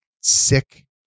sick